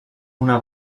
una